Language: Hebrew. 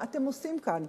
מה אתם עושים כאן?